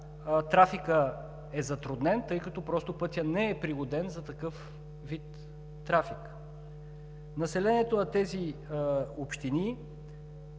трафикът е затруднен, тъй като пътят не е пригоден за такъв вид трафик. Населението на тези общини